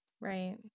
Right